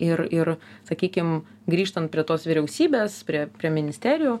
ir ir sakykim grįžtant prie tos vyriausybės prie prie ministerijų